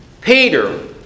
Peter